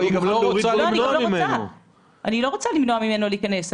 לא, אני לא רוצה למנוע ממנו להיכנס.